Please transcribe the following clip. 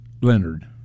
Leonard